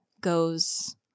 goes